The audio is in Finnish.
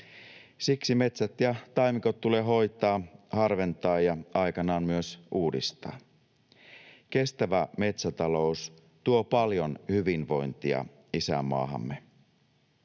Siksi metsät ja taimikot tulee hoitaa, harventaa ja aikanaan myös uudistaa. Kestävä metsätalous tuo paljon hyvinvointia isänmaahamme.